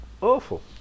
awful